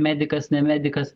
medikas ne medikas